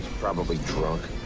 probably truck